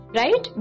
right